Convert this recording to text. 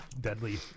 deadly